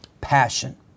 passion